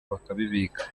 bakabibika